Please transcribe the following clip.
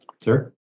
sir